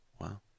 Wow